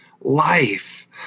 life